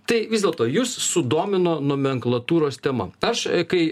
tai vis dėlto jus sudomino nomenklatūros tema aš kai